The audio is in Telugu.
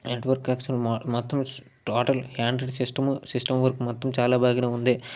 నెట్వర్క్ కనెక్షన్లు మొ మొత్తం total Android system system work మొత్తం చాలా బాగానే ఉంది